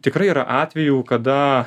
tikrai yra atvejų kada